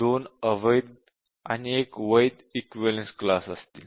दोन अवैध आणि एक वैध इक्विवलेन्स क्लास असतील